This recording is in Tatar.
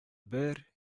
бер